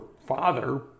father